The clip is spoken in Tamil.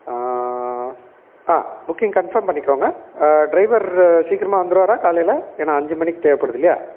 ஆ புக்கிங் கன்ஃபார்ம் பண்ணிக்கோங்க ட்ரைவரு சீக்கிரமாக வந்துடுவாரா காலையில் ஏன்னா அஞ்சு மணிக்குத் தேவைப்படுதில்லையா